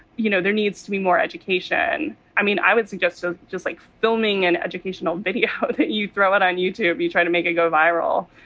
you know, there needs to be more education. i mean, i would suggest so just like filming an educational video, that you throw it on youtube, you try to make it go viral.